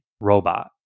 robot